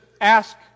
ask